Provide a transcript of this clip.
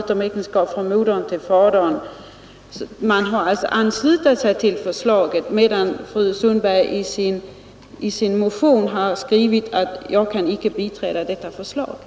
Där skulle jag mycket väl kunna tänka mig att vårdnaden tillerkänns fadern, och på den punkten kommer väl förslaget sannolikt att gå igenom såsom det nu